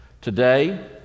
Today